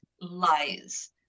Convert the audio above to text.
lies